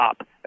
up